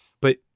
but-